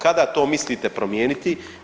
Kada to mislite promijeniti?